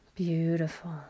Beautiful